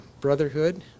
brotherhood